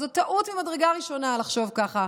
זו טעות ממדרגה ראשונה לחשוב ככה,